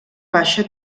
baixa